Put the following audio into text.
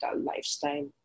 lifestyle